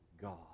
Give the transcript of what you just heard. God